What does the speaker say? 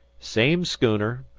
same schooner,